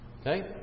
Okay